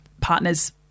partners